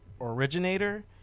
originator